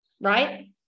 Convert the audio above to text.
right